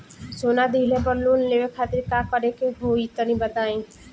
सोना दिहले पर लोन लेवे खातिर का करे क होई तनि बताई?